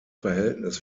verhältnis